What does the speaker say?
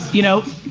you know,